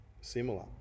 similar